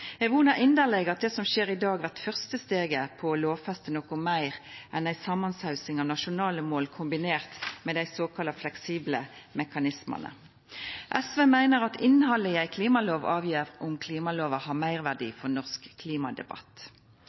Eg vonar inderleg at det som skjer i dag, blir første steget mot å lovfesta noko meir enn ei samansausing av nasjonale mål kombinert med dei såkalla fleksible mekanismane. SV meiner at innhaldet i ei klimalov avgjer om klimalova har meirverdi for norsk klimadebatt.